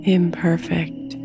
imperfect